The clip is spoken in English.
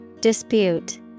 Dispute